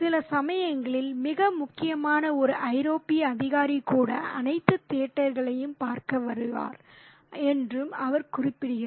சில சமயங்களில் மிக முக்கியமான ஒரு ஐரோப்பிய அதிகாரி கூட அனைத்து தியேட்டர்களையும் பார்க்க வருவார் என்றும் அவர் குறிப்பிடுகிறார்